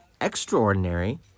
extraordinary